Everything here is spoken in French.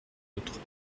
autres